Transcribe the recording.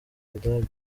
budage